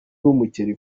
b’umuceri